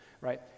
right